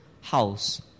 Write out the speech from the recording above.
house